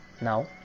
now